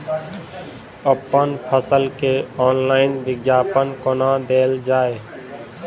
अप्पन फसल केँ ऑनलाइन विज्ञापन कोना देल जाए?